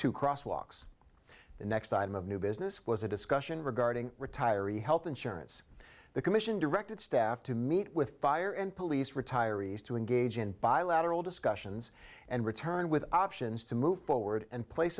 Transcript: two cross walks the next item of new business was a discussion regarding retiring health insurance the commission directed staff to meet with fire and police retirees to engage in bilateral discussions and return with options to move forward and place